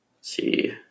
See